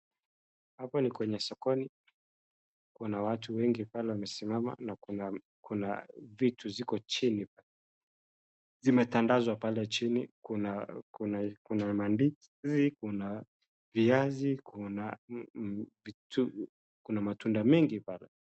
Hapa ni kwenye sokoni. Kuna watu wengi pale wamesimama na kuna vitu ziko chini. Zimetandazwa pale chini. Kuna mandizi, kuna viazi, kuna vitu, kuna matunda mengi pale.